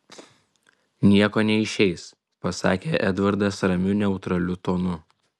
nieko neišeis pasakė edvardas ramiu neutraliu tonu